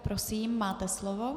Prosím, máte slovo.